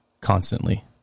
constantly